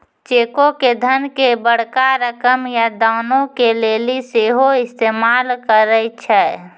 चेको के धन के बड़का रकम या दानो के लेली सेहो इस्तेमाल करै छै